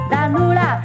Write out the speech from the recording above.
Danula